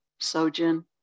Sojin